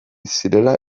zirela